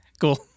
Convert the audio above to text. cool